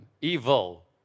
Evil